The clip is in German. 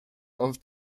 auf